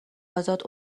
ازاد